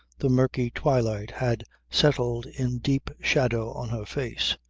the murky twilight had settled in deep shadow on her face.